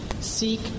seek